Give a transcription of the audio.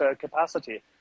capacity